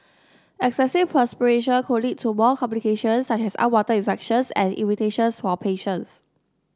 excessive perspiration could lead to more complications such as unwanted infections and irritations for patients